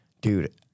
Dude